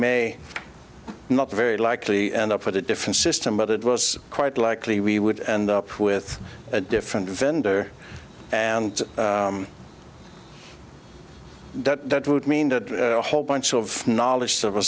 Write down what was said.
may not very likely end up with a different system but it was quite likely we would end up with a different vendor and that would mean that a whole bunch of knowledge se